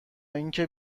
اینکه